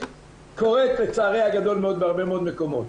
שקורית לצערי הגדול מאוד בהרבה מאוד מקומות.